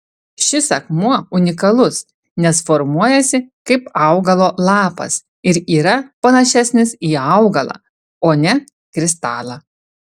šis akmuo unikalus nes formuojasi kaip augalo lapas ir yra panašesnis į augalą o ne kristalą